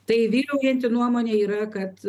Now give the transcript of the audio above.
tai vyraujanti nuomonė yra kad